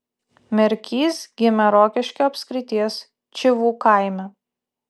merkys gimė rokiškio apskrities čivų kaime